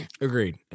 Agreed